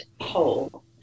poll